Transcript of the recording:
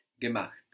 Gemacht